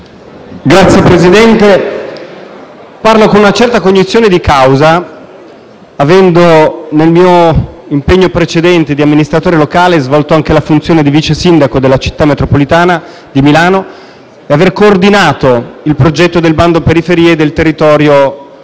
Signor Presidente, parlo con una certa cognizione di causa, avendo, nel mio impegno precedente di amministratore locale, svolto anche la funzione di vice sindaco della Città metropolitana di Milano e coordinato il progetto del bando periferie del territorio